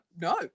no